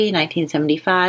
1975